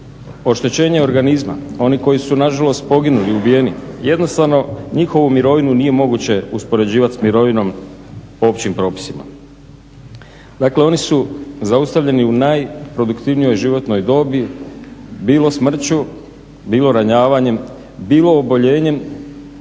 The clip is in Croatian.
oštećenje organizma, oni koji su nažalost poginuli i ubijeni jednostavno njihovu mirovinu nije moguće uspoređivati s mirovinom po općim propisima. Dakle, oni su zaustavljeni u najproduktivnijoj životnoj dobi bilo smrću, bilo ranjavanjem bilo oboljenjem,